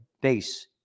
base